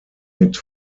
mit